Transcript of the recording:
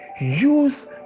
use